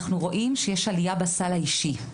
אנחנו רואים שבשילוב יש עלייה בסל האישי.